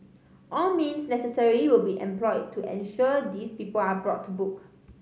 all means necessary will be employed to ensure these people are brought to book